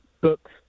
books